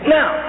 Now